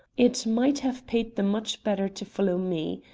it might have paid them much better to follow me.